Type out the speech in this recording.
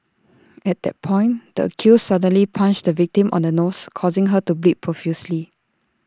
at that point the accused suddenly punched the victim on the nose causing her to bleed profusely